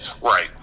Right